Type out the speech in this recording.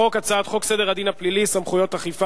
חוק סדר הדין הפלילי (סמכויות אכיפה,